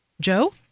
Joe